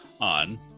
on